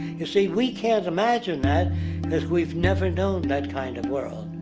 you see, we can't imagine that because we've never known that kind of world.